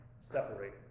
separate